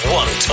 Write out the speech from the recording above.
one